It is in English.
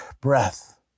breath